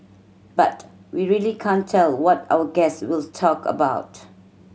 but we really can't tell what our guests will talk about